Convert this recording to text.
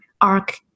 ARC